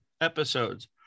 episodes